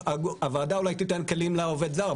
הוועדה אולי תיתן כלים לעובד זר.